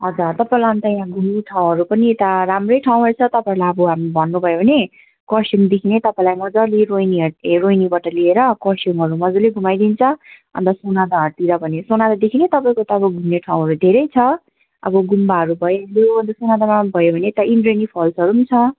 हजुर तपाईँलाई अन्त यहाँ घुम्ने ठाउँहरू पनि यता राम्रै ठाउँहरू छ तपाईँहरूलाई अब हामी भन्नुभयो भने खरसाङदेखि नै तपाईँलाई मज्जाले रोहिनीहरू ए रोइनीबाट लिएर खरसाङहरू मज्जाले घुमाइदिन्छ अन्त सोनादाहरूतिर भने सोनादादेखि नै तपाईँको त अब घुम्ने ठाउँहरू धेरै छ अब गुम्बाहरू भइहाल्यो अन्त सोनादामा भयो भने यता इन्द्रेणी फल्सहरू पनि छ